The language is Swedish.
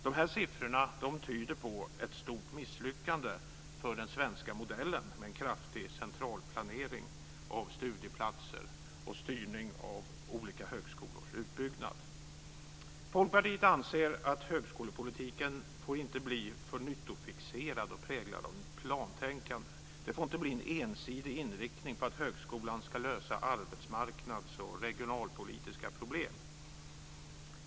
Dessa siffror tyder på ett stort misslyckande för den svenska modellen med kraftig central planering av studieplatser och styrning av olika högskolors utbyggnad. Folkpartiet anser att högskolepolitiken inte får bli för nyttofixerad och präglad av plantänkande. Det får inte bli en ensidig inriktning på att högskolan ska lösa arbetsmarknads och regionalpolitiska problem.